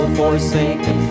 forsaken